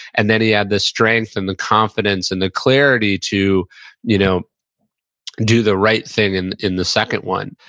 and then he had the strength and the confidence and the clarity to you know do the right thing in in the second one.